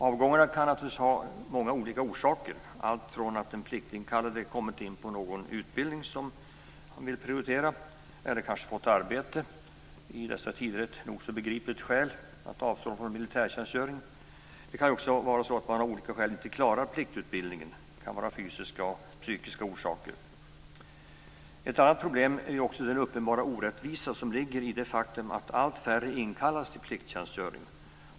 Avgångarna kan ha många olika orsaker, alltifrån att den pliktinkallade kommit in på någon utbildning som han vill prioritera eller kanske fått arbete - i dessa tider ett nog så begripligt skäl för att avstå från militärtjänstgöring - till att man av olika skäl, t.ex. fysiska eller psykiska, inte klarar pliktutbildningen. Ett annat problem är den uppenbara orättvisa som ligger i det faktum att allt färre inkallas till plikttjänstgöring.